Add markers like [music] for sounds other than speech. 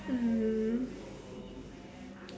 mm [breath]